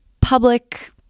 Public